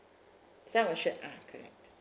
sum assured ah correct